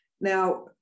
Now